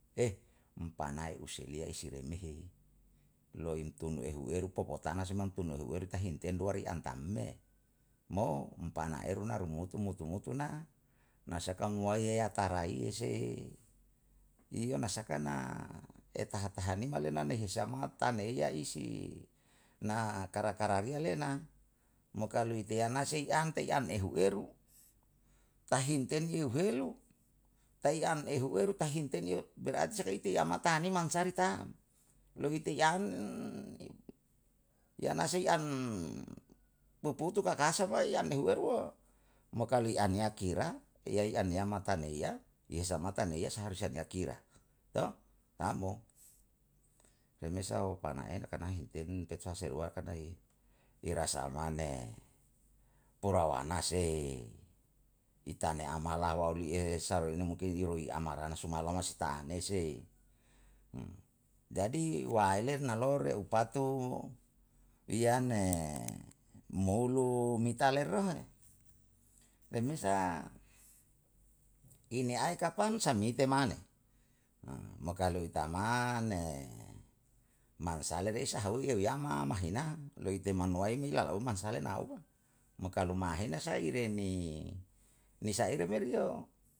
um tanai useliye iseremehe, loi tumehuweru popotana sunam pun ehuweru tahin tenduari an tam me, mo um panaeru na rumutu mutu mutu na, na sakanuai yeya taraiye sehe, iyo na saka na etaha tahanima le na nihi samata neiya isi na kara kara liya le na, mo kalu ikeyana sei an ke an ehu eru? Tahin teniyu helu? Tai an ehu eru tahin ten yo berarti saka ite yamata hani mansaru tam. Loite i an yana sei an poputu kakasa waeyam ehuweru mo kalu i am yau kira yai an yam mataneiya, ye samata neiya saharusnya nia kira taamo. Remesa hoka nae karna hite lin he sasa yowakanai i rasa amane porawanase itane amala wauli ehe sallu mungkin iroi amaransung alamastanei si jadi waele na lore upatu iyane moulu mitaleraha, remesa iniae kapan samnite mane mo kalu i tamang mansale risa hawiyu yama mahina loi teman waime ya unu mansale nau. Mo kalu mahena saire ni ni saire meri